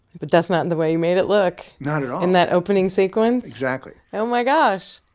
but that's not and the way you made it look. not at all. in that opening sequence exactly oh, my gosh.